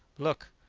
look!